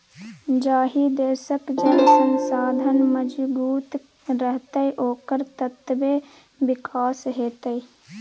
जाहि देशक जल संसाधन मजगूत रहतै ओकर ततबे विकास हेतै